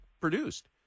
produced